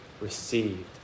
received